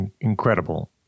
incredible